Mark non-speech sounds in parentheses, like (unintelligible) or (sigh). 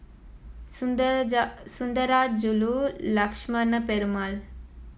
(unintelligible) Sundarajulu Lakshmana Perumal